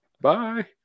bye